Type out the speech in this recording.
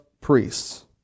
priests